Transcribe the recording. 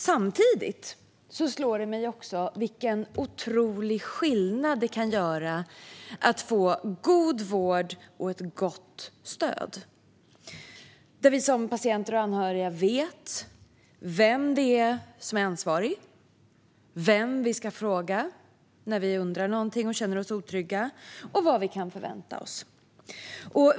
Samtidigt slår det mig vilken otrolig skillnad det kan göra att få god vård och ett gott stöd där vi som patienter vet vem som är ansvarig, vem vi ska fråga när vi undrar någonting eller känner oss otrygga och vad vi kan förvänta oss.